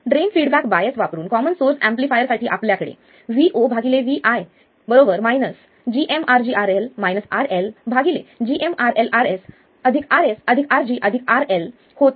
drain feedback bias वापरून common source amplifier साठी आपल्याकडे vovi gmRGRL RLgmRLRsRsRGRL होते